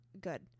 good